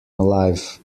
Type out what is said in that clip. alive